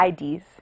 IDs